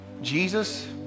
Jesus